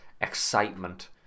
excitement